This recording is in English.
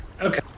Okay